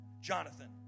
Jonathan